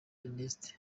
ernest